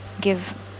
give